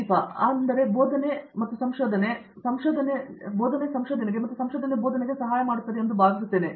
ದೀಪಾ ವೆಂಕಟೇಶ್ ಆದರೆ ಬೋಧನೆ ಸಂಶೋಧನೆ ಮತ್ತು ಸಂಶೋಧನೆ ಬೋಧನೆಗೆ ಸಹಾಯ ಮಾಡುತ್ತದೆ ಎಂದು ನಾನು ಭಾವಿಸುತ್ತೇನೆ